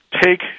take